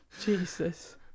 Jesus